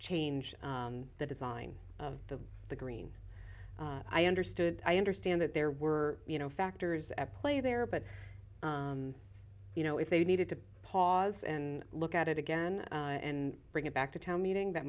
change the design of the the green i understood i understand that there were you know factors at play there but you know if they needed to pause and look at it again and bring it back to town meeting that